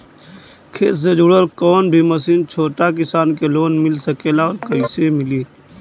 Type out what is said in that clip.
खेती से जुड़ल कौन भी मशीन छोटा किसान के लोन मिल सकेला और कइसे मिली?